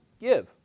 give